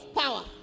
power